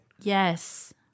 yes